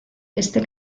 este